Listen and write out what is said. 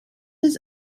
his